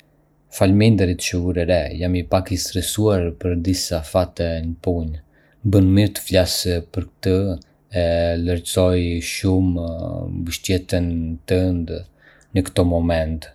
Faleminderit që e vure re. Jam pak i stresuar për disa afate në punë. Më bën mirë të flas për këtë, e vlerësoj shumë mbështetjen tënde në këto momente.